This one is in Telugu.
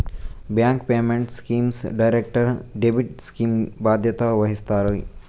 bank payment schemes direct debit scheme కి బాధ్యత వహిస్తాయి